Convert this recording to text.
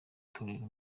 torero